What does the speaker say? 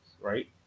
right